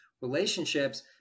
Relationships